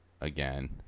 again